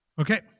Okay